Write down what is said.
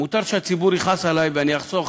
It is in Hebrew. מוטב שהציבור יכעס עלי ואחסוך